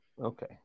Okay